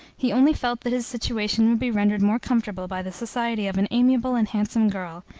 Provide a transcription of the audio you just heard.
he only felt that his situation would be rendered more comfortable by the society of an amiable and handsome girl,